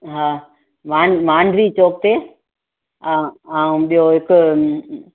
हा मान मानवी चौक ते अ ऐं ॿियो हिकु